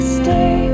stay